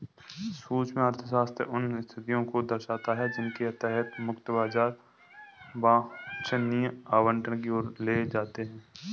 सूक्ष्म अर्थशास्त्र उन स्थितियों को दर्शाता है जिनके तहत मुक्त बाजार वांछनीय आवंटन की ओर ले जाते हैं